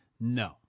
No